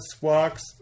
walks